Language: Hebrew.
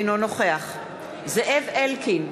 אינו נוכח זאב אלקין,